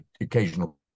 occasional